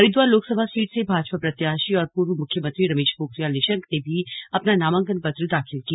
Haridwar Lok Sabha seat से भाजपा प्रत्याशी और पूर्व मुख्यमंत्री रमेश पोखरियाल निशंक ने भी अपना नामांकन पत्र दाखिल किया